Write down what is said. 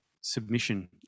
submission